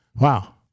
wow